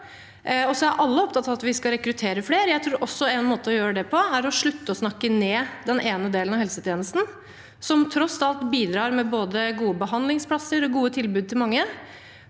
Alle er opptatt av at vi skal rekruttere flere. Jeg tror også en måte å gjøre det på er å slutte å snakke ned den ene delen av helsetjenesten, som tross alt bidrar med både gode behandlingsplasser og gode tilbud til mange.